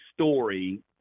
story